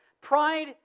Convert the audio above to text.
Pride